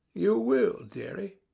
you will, dearie.